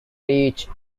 each